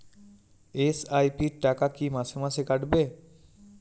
SIP র টাকা কী মাসে মাসে কাটবে?